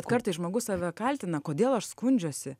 kartais žmogus save kaltina kodėl aš skundžiuosi